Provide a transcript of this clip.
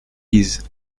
his